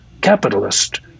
capitalist